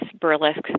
burlesque